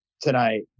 tonight